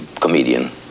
comedian